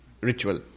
ritual